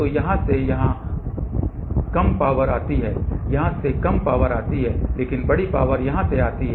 तो यहाँ से कम पावर आती है यहाँ से कम पावर आती है लेकिन बड़ी पावर यहाँ से आती है